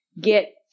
get